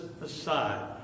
aside